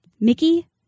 Mickey